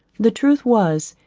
the truth was,